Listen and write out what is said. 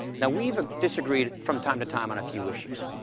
now, we've ah disagreed from time to time on a few issues.